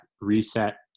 reset